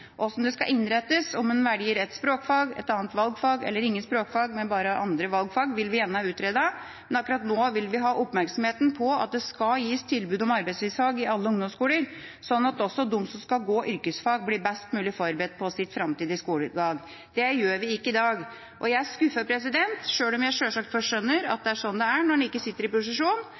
det skal innrettes, om man velger et språkfag og et annet valgfag eller ingen språkfag, men bare andre valgfag, vil vi gjerne ha utredet, men akkurat nå vil vi ha oppmerksomheten på at det skal gis tilbud om arbeidslivsfag i alle ungdomsskoler, slik at også de som skal gå yrkesfag, blir best mulig forberedt på sitt framtidige skolevalg. Det gjør vi ikke i dag. Jeg er skuffet, sjøl om jeg sjølsagt skjønner at